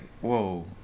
whoa